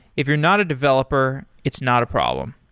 if you're not a developer, it's not a problem.